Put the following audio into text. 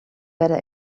better